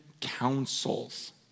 counsels